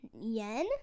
yen